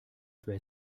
peut